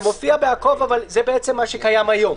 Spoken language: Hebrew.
זה מופיע ב"עקוב אחר שינויים" אבל זה בעצם מה שקיים היום.